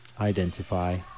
identify